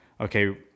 okay